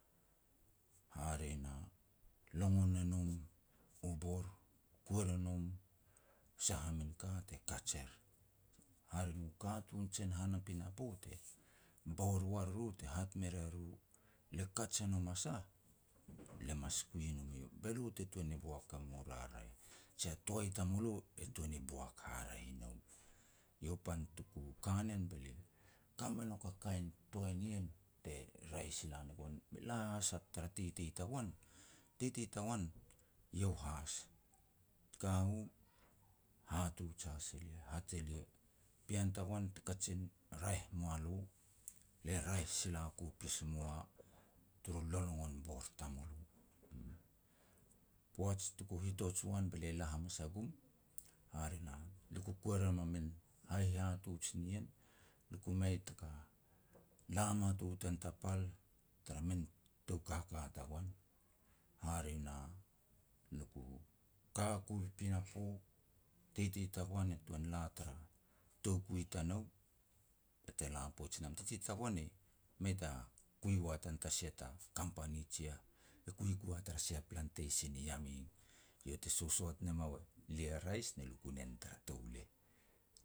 Hare na, longon e nom u bor, kuer e nom sah a min ka te kaj er. Hare nu katun jen ni han a pinapo te bor ua riru te hat me ria ru le kaj e nom a sah le mas kui nom eiau, be lo te tuan ni boak e mu raraeh, jia toai tamulo e tuan ni boak haraeh i nou. Iau pan tuku ka nen be lia, ka me nouk a kain toai nien te raeh sila ne goan. La has a tara titi tagoan, titi tagoan, iau has, te ka u, hatuj has elia, hat elia, "Pean tagoan te kajin raeh mua lo le raeh sila ku pas mua turu lolongon bor tamulo." Poaj tuku hitoj uan be lia la hamas a gum, hare na, luku kuer em a min hai hihatuj nien. Lia ku mei taka la mat u tan ta pal tara min tou kaka tagoan. Hare na, luku ka ku i pinapo, titi tagoan e tuan la tara toukui tanou be te la poij i nam. Titi tagoan e mei ta kui ua tan ta sia ta Company jen, e kui ku a tara sia plantation i Yameng. Eiau te sosoat ne mau elia rais ne lia ku nen tara touleh.